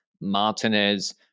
Martinez